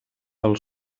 del